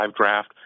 draft